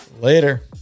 Later